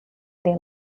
they